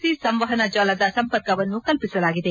C ಸಂವಹನ ಜಾಲದ ಸಂಪರ್ಕವನ್ನು ಕಲ್ಪಿಸಲಾಗಿದೆ